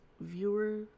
viewer